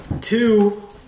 Two